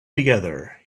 together